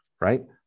right